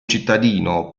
cittadino